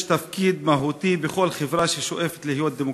תפקיד מהותי בכל חברה ששואפת להיות דמוקרטית,